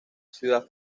ciudad